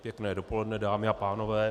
Pěkné dopoledne, dámy a pánové.